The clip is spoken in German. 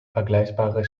vergleichbare